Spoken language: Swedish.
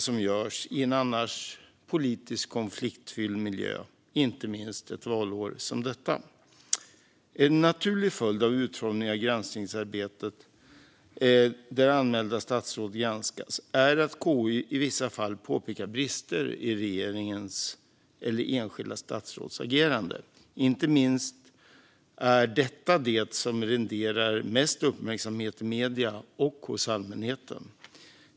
Jag vill också tacka vårt kansli för den hjälp vi fått i framarbetandet av betänkandet. En naturlig följd av utformningen av granskningsarbetet där anmälda statsråd granskas är att KU i vissa fall påpekar brister i regeringens eller enskilda statsråds agerande. Inte minst är detta det som renderar mest uppmärksamhet i medier och hos allmänheten.